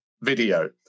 video